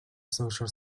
social